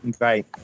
Right